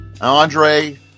Andre